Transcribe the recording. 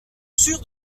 sûr